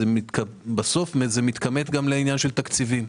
כשבסוף זה מתכמת לעניין של תקציבים.